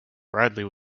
bradley